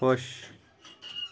خۄش